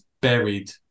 buried